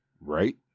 Right